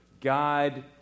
God